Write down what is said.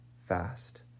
fast